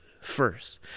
first